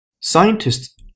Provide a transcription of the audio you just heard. Scientists